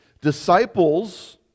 Disciples